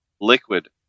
liquid